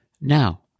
Now